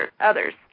others